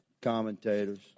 commentators